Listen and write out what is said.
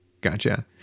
Gotcha